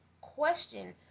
question